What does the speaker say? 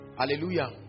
Hallelujah